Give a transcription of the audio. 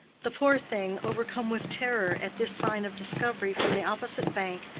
the poor thing, overcome with terror at this sign of discovery from the opposite bank,